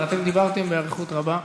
אבל אתן דיברתן באריכות רבה,